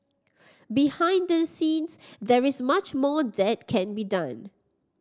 behind the scenes there is much more that can be done